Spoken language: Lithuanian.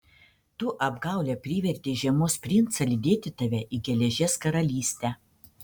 tu apgaule privertei žiemos princą lydėti tave į geležies karalystę